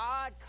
God